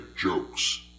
jokes